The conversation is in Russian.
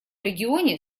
регионе